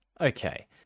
okay